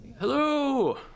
Hello